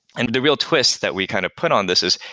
and the real twist that we kind of put on this is,